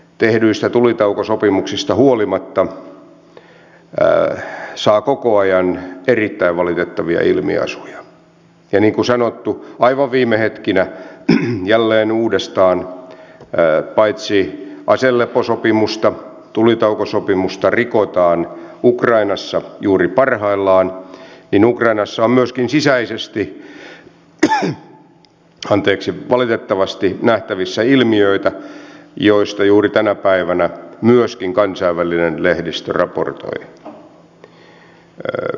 tehdyistä tulitaukosopimuksista huolimatta kriisi saa koko ajan erittäin valitettavia ilmiasuja ja niin kuin sanottu aivan viime hetkinä jälleen uudestaan paitsi että aseleposopimusta tulitaukosopimusta rikotaan ukrainassa juuri parhaillaan ukrainassa on myöskin sisäisesti valitettavasti nähtävissä ilmiöitä joista juuri tänä päivänä myöskin kansainvälinen lehdistö raportoi